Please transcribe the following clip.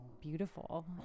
beautiful